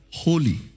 holy